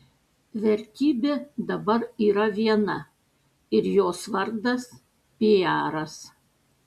vertybė dabar yra viena ir jos vardas piaras